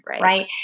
Right